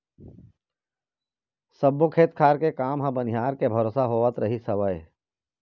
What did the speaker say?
सब्बो खेत खार के काम ह बनिहार के भरोसा होवत रहिस हवय